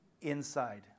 inside